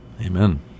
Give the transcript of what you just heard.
Amen